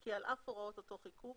כי על אף הוראות אותו חיקוק,